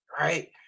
right